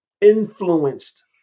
influenced